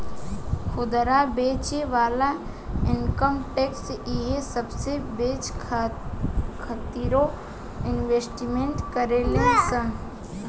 खुदरा बेचे वाला इनकम टैक्स इहे सबसे बचे खातिरो इन्वेस्टमेंट करेले सन